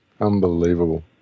Unbelievable